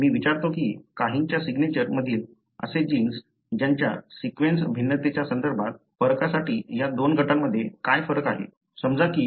आता मी विचारतो की काहींच्या सिग्नेचर मधील असे जीन्स ज्यांच्या सीक्वेन्स भिन्नतेच्या संदर्भात फरकासाठी या दोन गटांमध्ये काय फरक आहे